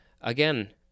Again